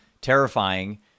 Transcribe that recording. terrifying